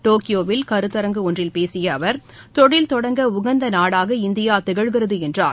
டோக்கியோவில் கருத்தரங்கு ஒன்றில் பேசிய அவர் தொழில் தொடங்க உகந்த நாடாக இந்தியா திகழ்கிறது என்றார்